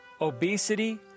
Obesity